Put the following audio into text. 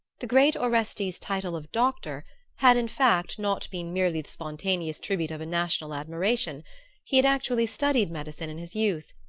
the great orestes's title of doctor had in fact not been merely the spontaneous tribute of a national admiration he had actually studied medicine in his youth,